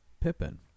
Pippin